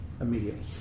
immediately